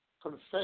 Confess